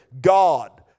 God